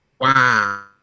Wow